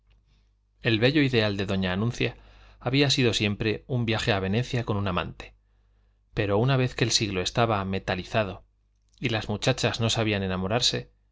el bello ideal de doña anuncia había sido siempre un viaje a venecia con un amante pero una vez que el siglo estaba metalizado y las muchachas no sabían enamorarse